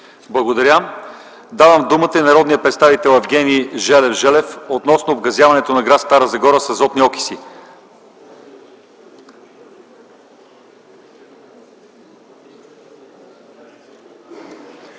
Благодаря. Давам думата на народния представител Евгений Желев относно обгазяването на гр. Стара Загора с азотен окис.